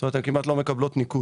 זאת אומרת הן כמעט לא מקבלות ניקוד,